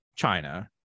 China